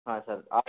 हाँ सर आप